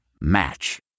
Match